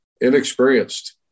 inexperienced